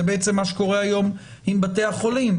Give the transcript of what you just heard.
זה בעצם מה שקורה היום עם בתי החולים.